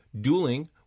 Dueling